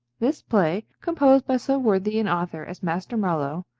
this play, composed by so worthy an author as master marlowe,